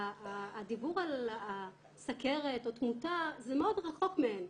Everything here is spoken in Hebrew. הדיבור על הסוכרת או תמותה זה מאוד רחוק מהם,